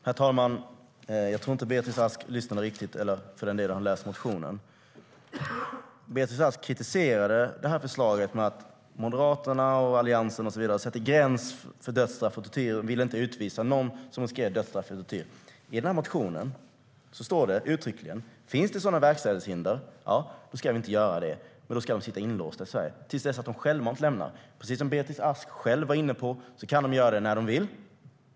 Herr talman! Jag tror inte att Beatrice Ask lyssnade riktigt. För den delen har hon nog inte heller läst motionen. Beatrice Ask kritiserade det här förslaget och sa att Moderaterna och Alliansen sätter gränsen vid dödsstraff och vill inte utvisa någon som riskerar dödsstraff. I motionen står det uttryckligen: Finns det sådana verkställighetshinder ska personer inte utvisas, utan då ska de sitta inlåsta i Sverige till dess att de självmant lämnar landet. Precis som Beatrice Ask var inne på kan de göra det när de vill.